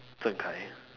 Zhen Kai